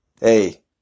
Hey